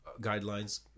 guidelines